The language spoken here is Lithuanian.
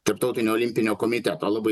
tarptautinio olimpinio komiteto labai